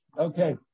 Okay